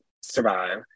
survive